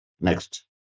Next